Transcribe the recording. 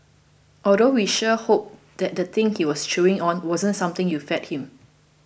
although we sure hope that thing he was chewing on wasn't something you fed him